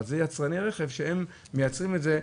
אבל אלה יצרני רכב שהם מייצרים את זה.